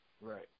Right